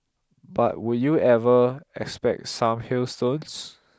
but would you ever expect some hailstones